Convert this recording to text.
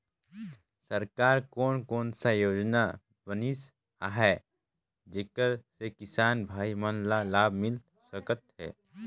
सरकार कोन कोन सा योजना बनिस आहाय जेकर से किसान भाई मन ला लाभ मिल सकथ हे?